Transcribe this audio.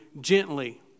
gently